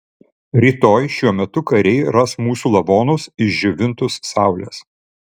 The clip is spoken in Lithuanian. rytoj šiuo metu kariai ras mūsų lavonus išdžiovintus saulės